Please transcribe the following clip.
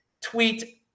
tweet